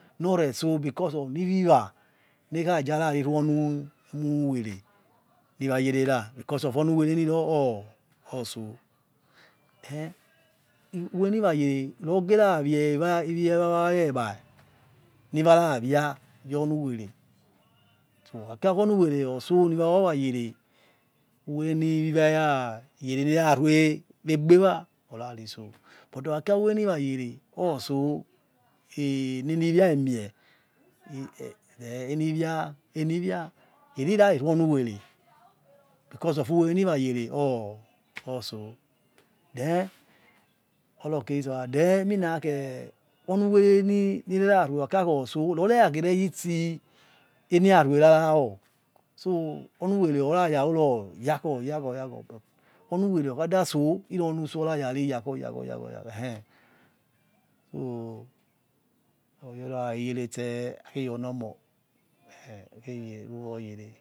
Nor reso because of miwiwia nekhazara kherue ini wayera becase of onuweri niror otso then who were nowa yere rogera wie ewiawa egbai ni wa ravia yonnu we stokhakia khi onuwere otso niwawa wo wayere uwere niwiwa erayere nerarue wegbewa orariso but okhia kehwereniwa yere otso eh neniwie emie eh ne eniwina eniwina eriraruonuwere because of uwereniwayere or or so then ora okiritsi ora then onewere ni renarue okhakira khoso rire ragereyitsi enerarueraravo so onawere okhada so oneso rarariyakhoyakho eheyorary ate akherori moh eh okervroye.